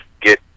get